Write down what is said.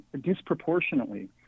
disproportionately